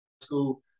school